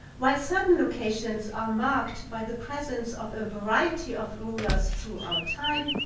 while certain locations are marked by the presence of a variety of rulers through our time,